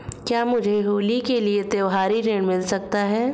क्या मुझे होली के लिए त्यौहारी ऋण मिल सकता है?